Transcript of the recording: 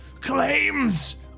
claims